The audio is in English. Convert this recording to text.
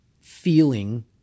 feeling